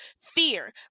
fear